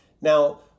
Now